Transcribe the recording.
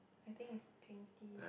I think it's twenty